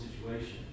situation